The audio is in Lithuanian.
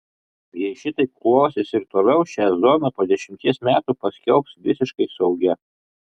jei šitaip klosis ir toliau šią zoną po dešimties metų paskelbs visiškai saugia